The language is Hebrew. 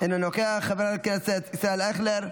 אינו נוכח, חבר הכנסת אריאל קלנר,